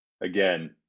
again